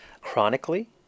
chronically